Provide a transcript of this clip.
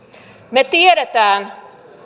me tiedämme